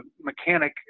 mechanic